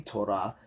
Torah